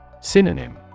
Synonym